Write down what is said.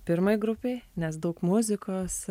pirmai grupei nes daug muzikos